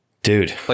Dude